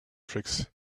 tricks